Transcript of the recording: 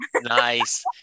Nice